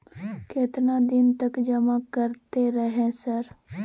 केतना दिन तक जमा करते रहे सर?